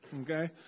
Okay